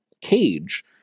cage